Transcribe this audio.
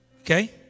Okay